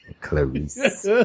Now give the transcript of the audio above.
Clarice